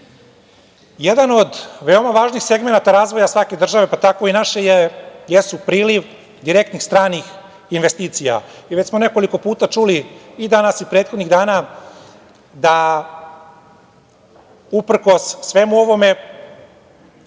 od veoma važnih segmenata razvoja svake države, pa tako i naše jesu priliv direktnih stranih investicija. Već smo nekoliko puta čuli i danas i prethodnih dana da uprkos svemu ovome,